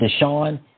Deshaun